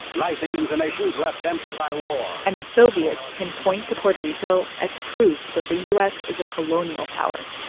knifing into nations left empty by war and the soviets can point to puerto rico as proof that the u s. is a colonial power,